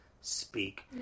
speak